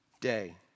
day